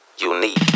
Unique